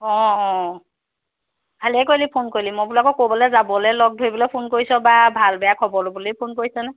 অঁ অঁ ভালে কৰিলি ফোন কৰিলি মই বোলো আকৌ ক'বলৈ যাবলৈ লগ ধৰিবলৈ ফোন কৰিছ বা ভাল বেয়া খবৰ ল'বলৈ ফোন কৰিছা নে